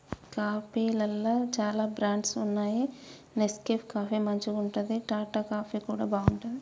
కాఫీలల్ల చాల బ్రాండ్స్ వున్నాయి నెస్కేఫ్ కాఫీ మంచిగుంటది, టాటా కాఫీ కూడా బాగుంటది